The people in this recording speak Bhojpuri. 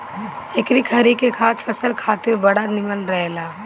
एकरी खरी के खाद फसल खातिर बड़ा निमन रहेला